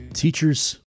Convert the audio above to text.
Teachers